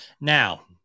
Now